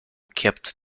kept